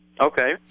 Okay